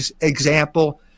example